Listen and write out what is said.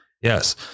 Yes